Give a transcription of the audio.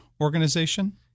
organization